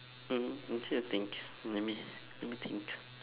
mm I'm still uh think let me let me think